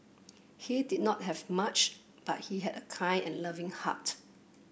he did not have much but he had a kind and loving heart